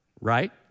right